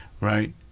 Right